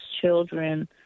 children